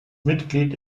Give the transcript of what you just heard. mitglied